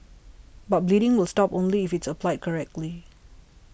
but bleeding will stop only if it is applied correctly